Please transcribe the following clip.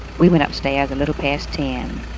we went upstairs a little past ten.